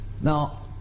Now